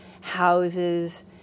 houses